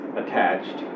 attached